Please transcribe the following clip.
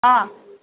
অঁ